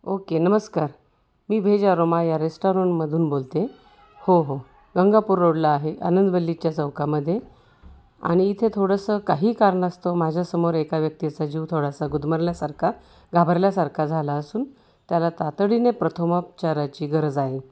okay नमस्कार मी भेजारोमा या रेस्टॉरंटमधून बोलते हो हो गंगापूर रोडला आहे आनंदवल्लीच्या चौकामध्ये आणि इथे थोडंसं काही कारणास्तव माझ्यासमोर एका व्यक्तीचा जीव थोडासा गुदमरल्यासारखा घाबरल्यासारखा झाला असून त्याला तातडीने प्रथमोपचाराची गरज आहे